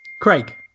craig